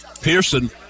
Pearson